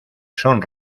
son